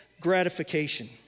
gratification